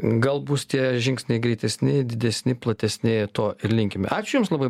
gal bus tie žingsniai greitesni didesni platesni to ir linkime ačiū jums labai